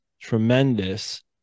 tremendous